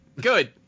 good